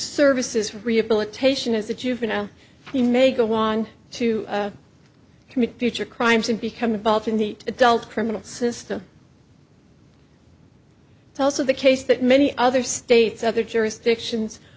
services rehabilitation as a juvenile he may go wrong to commit future crimes and become involved in the adult criminal system tells of the case that many other states other jurisdictions